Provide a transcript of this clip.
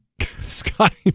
Scotty